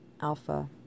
Alpha